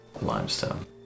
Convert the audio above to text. Limestone